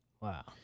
Wow